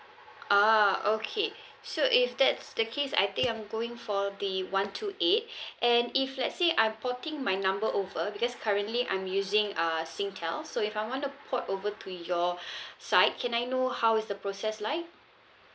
oh okay so if that's the case I think I'm going for the one two eight and if let's say I'm porting my number over because currently I'm using uh singtel so if I want to port over to your side can I know how is the process like